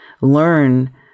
learn